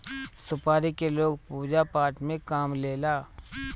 सुपारी के लोग पूजा पाठ में काम लेला